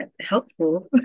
helpful